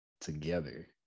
together